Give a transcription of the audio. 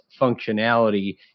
functionality